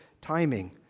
timing